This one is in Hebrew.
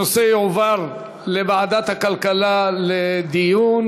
הנושא יועבר לוועדת הכלכלה לדיון.